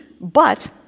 but